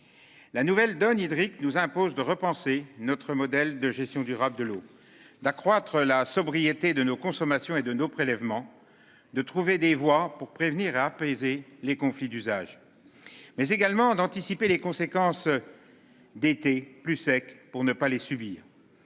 La nouvelle donne hydrique nous impose de repenser notre modèle de gestion durable de l'eau d'accroître la sobriété de nos consommations et de nos prélèvements de trouver des voies pour prévenir à apaiser les conflits d'usage. Mais également d'anticiper les conséquences. D'étés plus secs pour ne pas les subir.